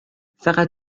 فقط